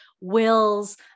wills